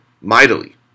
mightily